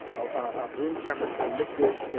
a room temperature liquid,